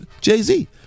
Jay-Z